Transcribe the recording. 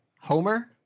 Homer